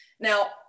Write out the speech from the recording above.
Now